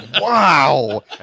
wow